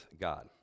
God